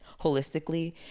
holistically